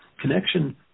connection